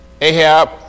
Ahab